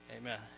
Amen